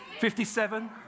57